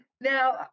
now